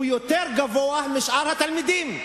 הוא גבוה יותר משל שאר התלמידים,